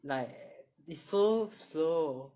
like it's so slow